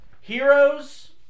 Heroes